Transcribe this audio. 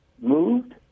moved